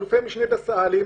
אלופי משנה וסגני אלופים,